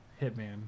Hitman